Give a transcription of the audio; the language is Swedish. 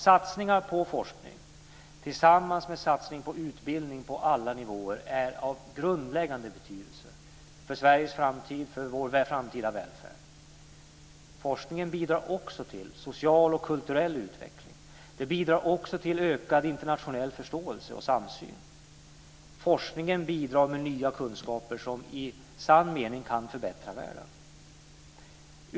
Satsningar på forskning tillsammans med satsning på utbildning på alla nivåer är av grundläggande betydelse för Sveriges framtid, för vår framtida välfärd. Forskningen bidrar också till social och kulturell utveckling. Det bidrar också till ökad internationell förståelse och samsyn. Forskningen bidrar med nya kunskaper som i sann mening kan förbättra världen.